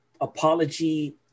apology